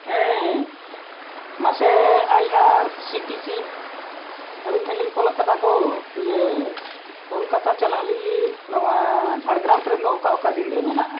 ᱦᱮᱸ ᱢᱟᱥᱮ I R C T C ᱟᱹᱵᱤᱱ ᱴᱷᱮᱱᱞᱤᱧ ᱠᱚᱞᱟᱠᱟᱫᱟ ᱜᱳ ᱤᱭᱟᱹ ᱠᱳᱞᱠᱟᱛᱟ ᱪᱟᱞᱟᱜ ᱞᱟᱹᱜᱤᱫ ᱱᱚᱣᱟ ᱡᱷᱟᱲᱜᱨᱟᱢ ᱴᱨᱮᱱ ᱫᱚ ᱚᱠᱟ ᱚᱠᱟ ᱫᱤᱱᱨᱮ ᱢᱮᱱᱟᱜᱼᱟ